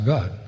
God